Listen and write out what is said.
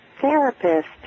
therapist